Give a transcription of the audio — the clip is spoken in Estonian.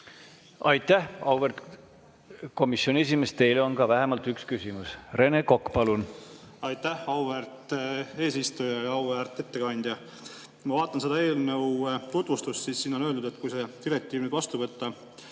Aitäh, auväärt komisjoni esimees! Teile on vähemalt üks küsimus. Rene Kokk, palun! Aitäh, auväärt eesistuja! Auväärt ettekandja! Ma vaatan seda eelnõu tutvustust. Siin on öeldud, et kui see direktiiv nüüd vastu võtta,